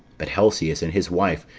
but helcias, and his wife,